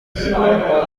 sooner